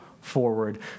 forward